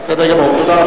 תודה רבה.